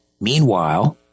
Meanwhile